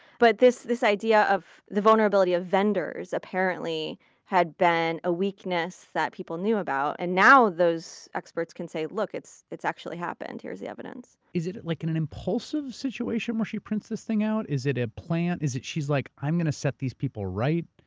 but this this idea of the vulnerability of vendors apparently had been a weakness that people knew about, and now those experts can say, look, it's it's actually happened, here's the evidence. is it it like an an impulsive situation where she prints this thing out? is it a plant? is it, she's like, i'm going to set these people right?